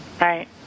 right